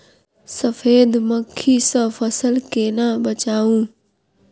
सफेद मक्खी सँ फसल केना बचाऊ?